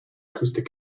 acoustic